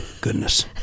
goodness